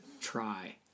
try